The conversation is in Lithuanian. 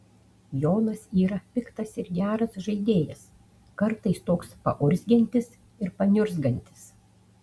jonas yra piktas ir geras žaidėjas kartais toks paurzgiantis ir paniurzgantis